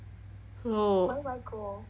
oh